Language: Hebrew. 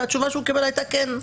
והתשובה שהוא קיבל הייתה כן.